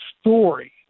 story